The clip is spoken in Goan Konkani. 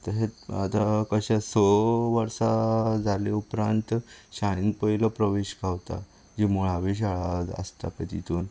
तें आता स वर्सा जाले उपरांत शाळेंत पयलो प्रवेश गावता जी मुळावी आसता पळय तेतूंत